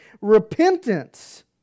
repentance